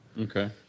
Okay